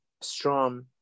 strong